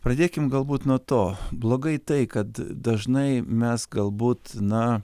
pradėkim galbūt nuo to blogai tai kad dažnai mes galbūt na